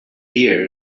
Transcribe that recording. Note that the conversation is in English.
hear